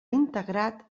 integrat